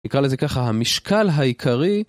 נקרא לזה ככה המשקל העיקרי.